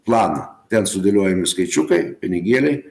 planą ten sudėliojami skaičiukai pinigėliai